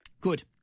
Good